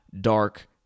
dark